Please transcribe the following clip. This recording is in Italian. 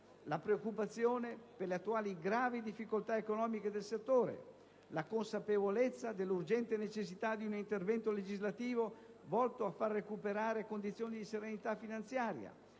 la preoccupazione per le attuali gravi difficoltà economiche del settore; la consapevolezza dell'urgente necessità di un intervento legislativo volto a far recuperare condizioni di serenità finanziaria;